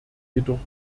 jedoch